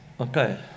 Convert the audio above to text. Okay